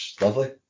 Lovely